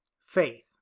Faith